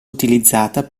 utilizzata